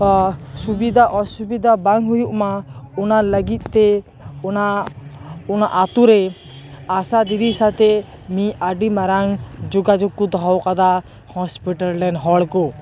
ᱥᱩᱵᱤᱫᱟ ᱚᱥᱩᱵᱤᱫᱟ ᱵᱟᱝ ᱦᱩᱭᱩᱜ ᱢᱟ ᱚᱱᱟ ᱞᱟᱹᱜᱤᱫ ᱛᱮ ᱚᱱᱟ ᱚᱱᱟ ᱟᱛᱩ ᱨᱮ ᱟᱥᱟ ᱫᱤᱫᱤ ᱥᱟᱛᱮ ᱢᱤᱫ ᱟᱹᱰᱤ ᱢᱟᱨᱟᱝ ᱡᱳᱜᱟᱡᱳᱠ ᱠᱚ ᱫᱚᱦᱚ ᱟᱠᱟᱫᱟ ᱦᱳᱥᱯᱤᱴᱟᱞ ᱨᱮᱱ ᱦᱚᱲ ᱠᱚ